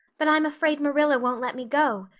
but i'm afraid marilla won't let me go.